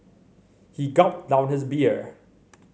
he gulped down his beer